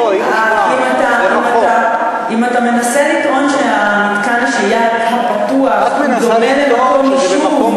אם אתה מנסה לטעון שמתקן השהייה הפתוח דומה למקום יישוב,